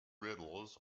riddles